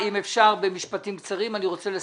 בבקשה, אם אפשר במשפטים קצרים, אני רוצה לסכם.